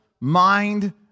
mind